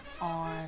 on